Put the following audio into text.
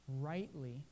rightly